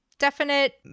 definite